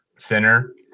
thinner